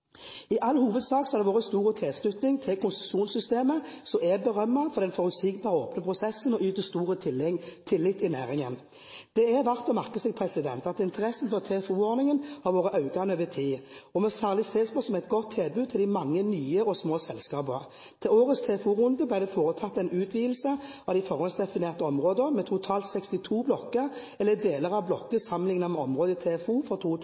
konsesjonssystemet, som er berømmet for den forutsigbare og åpne prosessen og nyter stor tillit i næringen. Det er verdt å merke seg at interessen for TFO-ordningen har vært økende over tid og må særlig ses på som et godt tilbud til de mange nye og små selskapene. Til årets TFO-runde ble det foretatt en utvidelse av det forhåndsdefinerte området med totalt 62 blokker eller deler av blokker sammenliknet med området i TFO for 2010. 43 selskaper hadde søkt, noe som er to